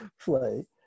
play